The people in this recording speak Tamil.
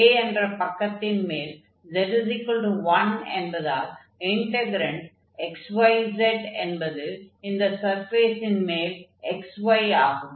A என்ற பக்கத்தின் மேல் z1 என்பதால் இன்டக்ரென்ட் xyz என்பது இந்த சர்ஃபேஸின் மேல் xy ஆகும்